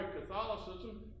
Catholicism